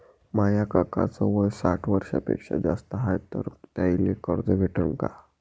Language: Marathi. माया काकाच वय साठ वर्षांपेक्षा जास्त हाय तर त्याइले कर्ज भेटन का?